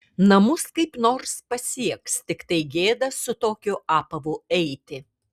namus kaip nors pasieks tiktai gėda su tokiu apavu eiti